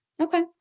Okay